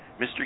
Mr